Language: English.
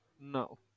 No